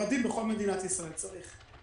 מרדים בכל מדינת ישראל צריך,